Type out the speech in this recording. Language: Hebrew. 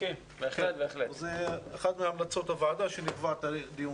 זה אחת מהמלצות הוועדה, שנקבע תאריך לדיון.